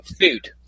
food